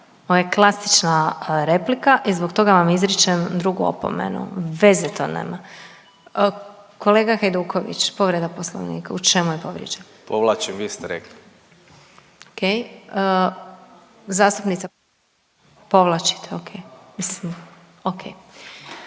Ovo je klasična replika i zbog toga vam izričem drugu opomenu. Veze to nema. Kolega Hajduković, povreda Poslovnika. U čemu je povrijeđen? **Hajduković, Domagoj (Socijaldemokrati)** Povlačim, vi